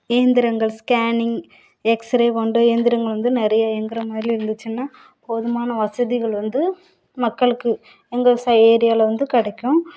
இயந்திரங்கள் scanning x ray போன்ற இயந்திரங்கள் வந்து நிறையா இயங்குறமாதிரி இருந்துச்சின்னா போதுமான வசதிகள் வந்து மக்களுக்கு எங்கள் ஏரியாவில வந்து கிடைக்கும்